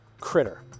Critter